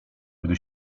gdy